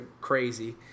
crazy